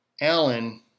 Alan